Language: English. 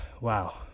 wow